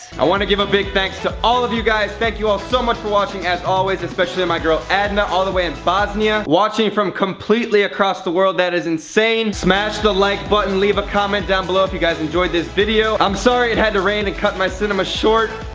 i wanna give a big thank to all of you guys thank you all so much for watching as always especially my girl adna all the way in bosnia watching from complete across the world that is insane smash the like button, leave a comment down below if you guys enjoyed this video i'm sorry it had to rain to and cut my cinema short